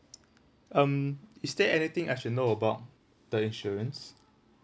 um is there anything I should know about the insurance